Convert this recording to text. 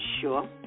sure